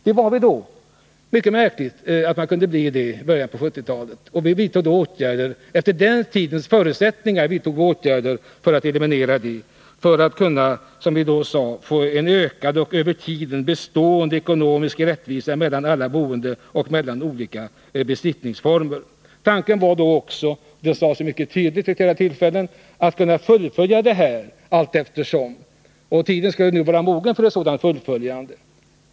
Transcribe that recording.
Det är mycket märkligt att man kunde bli ense på 1970-talet, och vi vidtog åtgärder — efter den tidens förutsättningar — för att eliminera orättvisorna och för att, som vi sade, kunna få en ökad och över tiden bestående ekonomisk rättvisa mellan alla boende och mellan olika besittningsformer. Tanken var då också — det sades mycket tydligt vid det tillfället — att fullfölja den politiken allteftersom, och tiden skulle nu vara mogen för ett sådant fullföljande.